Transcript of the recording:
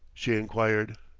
she inquired.